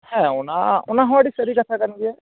ᱦᱮᱸ ᱚᱱᱟ ᱚᱱᱟ ᱦᱚᱸ ᱟᱹᱰᱤ ᱥᱟᱹᱨᱤ ᱠᱟᱛᱷᱟ ᱠᱟᱱ ᱜᱮᱭᱟ